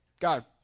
God